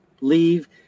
leave